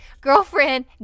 Girlfriend